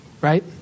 right